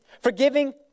Forgiving